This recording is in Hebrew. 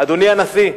אדוני הנשיא,